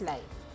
Life